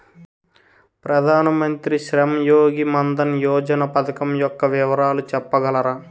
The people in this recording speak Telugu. ప్రధాన మంత్రి శ్రమ్ యోగి మన్ధన్ యోజన పథకం యెక్క వివరాలు చెప్పగలరా?